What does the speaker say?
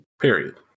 Period